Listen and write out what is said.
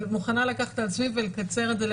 אבל מוכנה לקחת על עצמי ולקצר את זה,